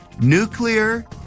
nuclear